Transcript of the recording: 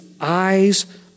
eyes